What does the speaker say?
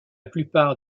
plupart